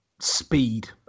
speed